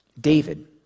David